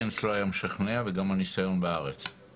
רציתי לשים את ההגדרה של מה שהצוות הזה בעצם עושה במהלך השנה